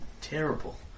terrible